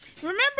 Remember